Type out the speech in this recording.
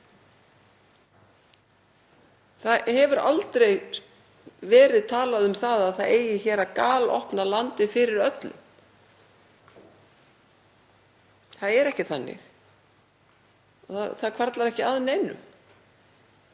Það hefur aldrei verið talað um að galopna eigi landið fyrir öllum. Það er ekki þannig og það hvarflar ekki að neinum.